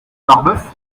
marbeuf